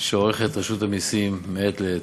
שעורכת רשות המסים מעת לעת,